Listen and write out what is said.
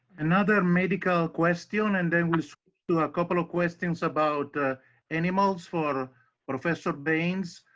another medical question and then we do a couple of questions about animals for professor baines.